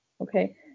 okay